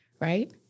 right